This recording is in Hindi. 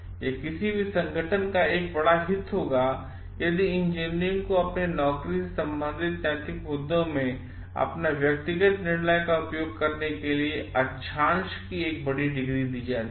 यह किसी भीसंगठनका एक बड़ा हित होगायदि इंजीनियरों को अपनीनौकरीसे संबंधित नैतिक मुद्दों में अपने व्यक्तिगत निर्णय का उपयोग करने के लिए अक्षांश की एक बड़ी डिग्री दी जाती है